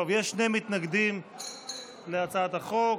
טוב, יש שני מתנגדים להצעת החוק.